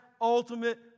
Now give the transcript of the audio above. ultimate